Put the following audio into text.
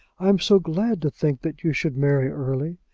i am so glad to think that you should marry early,